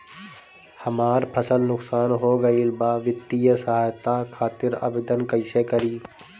हमार फसल नुकसान हो गईल बा वित्तिय सहायता खातिर आवेदन कइसे करी?